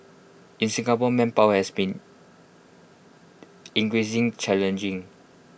in Singapore manpower has been increasing challenging